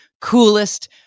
coolest